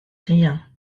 rien